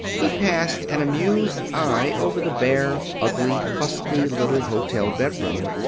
he passed an amused eye over the bare, ugly, fusty little hotel bedroom.